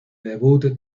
debut